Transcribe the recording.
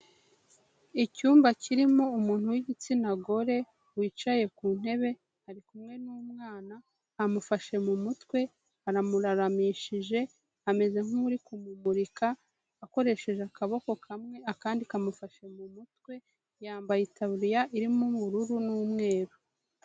Icyumba kirimo umuntu w'igitsina gore wicaye ku ntebe ari kumwe n'umwana amufashe mu mutwe aramuraramishije ameze nk'uri kumumurika akoresheje akaboko kamwe akandi kamufashe mu mutwe, yambaye itaburiya irimo ubururu n'umweru.